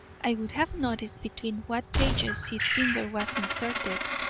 i would have noticed between what pages his finger was inserted.